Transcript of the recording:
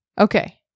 Okay